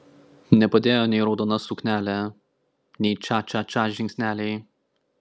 nepadėjo nei raudona suknelė nei ča ča ča žingsneliai